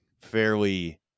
fairly